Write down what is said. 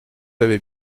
avais